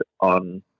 On